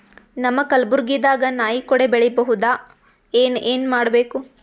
ನಮ್ಮ ಕಲಬುರ್ಗಿ ದಾಗ ನಾಯಿ ಕೊಡೆ ಬೆಳಿ ಬಹುದಾ, ಏನ ಏನ್ ಮಾಡಬೇಕು?